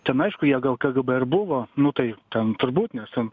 ten aišku jie gal kgb ir buvo nu tai ten turbūt nes ten